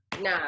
nah